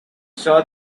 saw